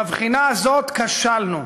בבחינה הזאת כשלנו,